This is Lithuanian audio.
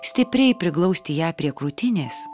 stipriai priglausti ją prie krūtinės